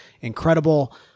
incredible